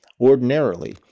Ordinarily